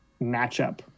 matchup